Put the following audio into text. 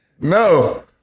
No